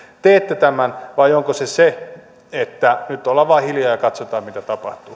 te teette tämän vai onko se se että nyt ollaan vain hiljaa ja katsotaan mitä tapahtuu